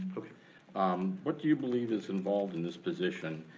um what do you believe is involved in this position?